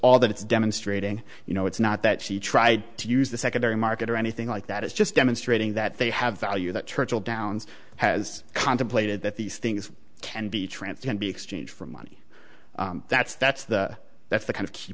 all that it's demonstrating you know it's not that she tried to use the secondary market or anything like that it's just demonstrating that they have value that churchill downs has contemplated that these things can be transferred and be exchanged for money that's that's the that's the kind of key